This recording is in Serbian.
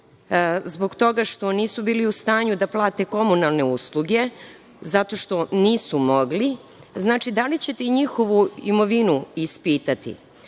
zbog toga što nisu bili u stanju da plate komunalne usluge, zato što nisu mogli, da li ćete i njihovu imovinu ispitati?